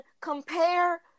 compare